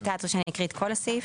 איתי אתה רוצה שאני אקריא את כל הסעיף?